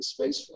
spaceflight